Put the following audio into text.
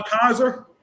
Kaiser